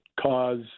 cause